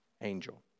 angel